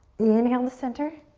inhale to center.